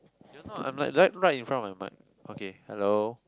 you know I'm like right right in front of my mic okay hello